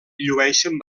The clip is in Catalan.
llueixen